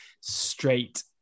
straight